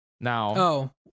Now